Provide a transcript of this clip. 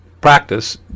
practice